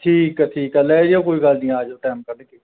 ਠੀਕ ਆ ਠੀਕ ਆ ਲੈ ਜਿਉ ਕੋਈ ਗੱਲ ਨਹੀਂ ਅਜਿਓ ਟਾਈਮ ਕੱਢ ਕੇ